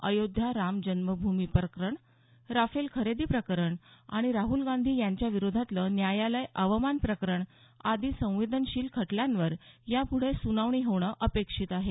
अयोध्या राम जन्मभूमी प्रकरण राफेल खरेदी प्रकरण आणि राहुल गांधी यांच्याविरोधातलं न्यायालय अवमान प्रकरण आदी संवेदनशील खटल्यांवर यापुढे सुनावणी होणं अपेक्षित आहे